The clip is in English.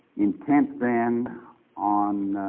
intent then on